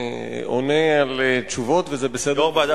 ועונה על תשובות, וזה בסדר גמור.